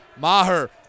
Maher